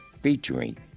featuring